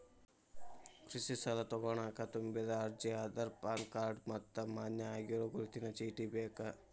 ಕೃಷಿ ಸಾಲಾ ತೊಗೋಣಕ ತುಂಬಿದ ಅರ್ಜಿ ಆಧಾರ್ ಪಾನ್ ಕಾರ್ಡ್ ಮತ್ತ ಮಾನ್ಯ ಆಗಿರೋ ಗುರುತಿನ ಚೇಟಿ ಬೇಕ